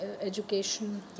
education